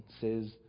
says